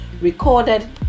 recorded